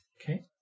Okay